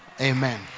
Amen